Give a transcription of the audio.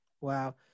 Wow